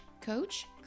coach